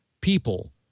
people